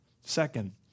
Second